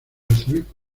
arzobispo